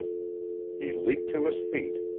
he leaped to his feet.